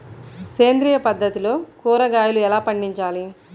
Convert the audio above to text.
సేంద్రియ పద్ధతిలో కూరగాయలు ఎలా పండించాలి?